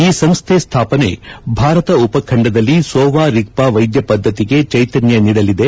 ಈ ಸಂಸ್ಥೆ ಸ್ಥಾಪನೆ ಭಾರತ ಉಪಖಂಡದಲ್ಲಿ ಸೋವಾ ರಿಗ್ವಾ ವೈದ್ಯ ಪದ್ದತಿಗೆ ಚೈತನ್ಯ ನೀಡಲಿದೆ